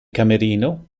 camerino